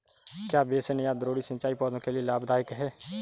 क्या बेसिन या द्रोणी सिंचाई पौधों के लिए लाभदायक है?